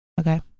okay